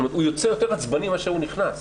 הוא יוצא יותר עצבני מאשר הוא נכנס,